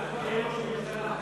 הצעת סיעות יהדות התורה,